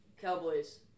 Cowboys